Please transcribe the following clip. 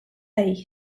eighth